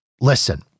listen